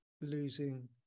losing